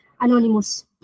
anonymous